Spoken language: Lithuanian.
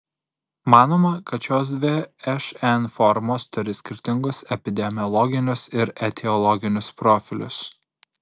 manoma kad šios dvi šn formos turi skirtingus epidemiologinius ir etiologinius profilius